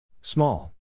Small